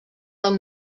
del